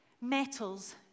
metals